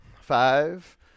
Five